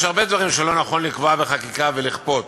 יש הרבה דברים שלא נכון לקבוע בחקיקה ולכפות.